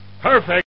Perfect